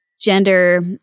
gender